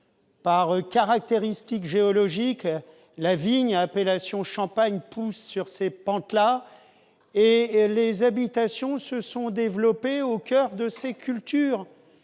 par caractéristiques géologiques, la vigne appellation champagne pousse sur ces pentes-là. Les habitations se sont développées au coeur de ces cultures